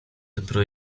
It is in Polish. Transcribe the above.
dopiero